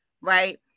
right